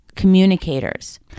communicators